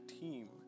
team